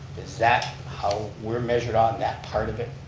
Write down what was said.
is that how we're measured on that part of it?